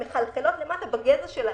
שמחלחלות למטה בגזע של העץ.